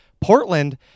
Portland